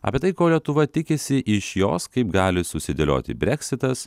apie tai ko lietuva tikisi iš jos kaip gali susidėlioti breksitas